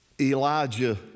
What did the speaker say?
Elijah